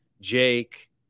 Jake